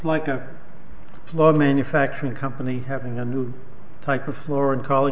like a lot of manufacturing company having a new type of florid collage